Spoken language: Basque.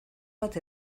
bat